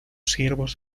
siervos